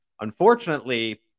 unfortunately